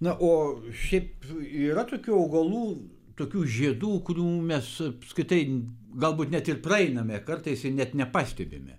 na o šiaip yra tokių augalų tokių žiedų kurių mes apskritai galbūt net ir praeiname kartais ir net nepastebime